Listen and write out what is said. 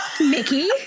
Mickey